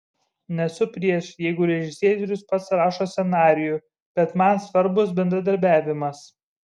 nesu prieš jeigu režisierius pats rašo scenarijų bet man svarbus bendradarbiavimas